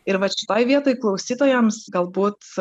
ir vat šitoj vietoj klausytojams galbūt